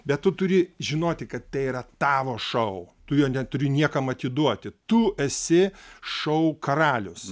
bet tu turi žinoti kad tai yra tavo šou tu jo neturi niekam atiduoti tu esi šou karalius